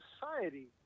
society